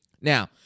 Now